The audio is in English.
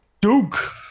Duke